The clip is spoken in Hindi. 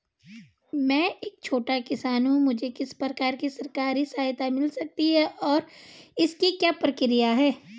मैं एक छोटा किसान हूँ मुझे किस प्रकार की सरकारी सहायता मिल सकती है और इसकी क्या प्रक्रिया है?